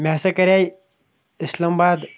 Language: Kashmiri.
مےٚ ہسا کَرے اِسلام آباد